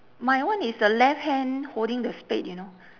my one is the left hand holding the spade you know